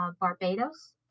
barbados